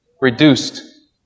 reduced